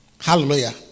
Hallelujah